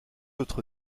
autre